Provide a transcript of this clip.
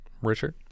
Richard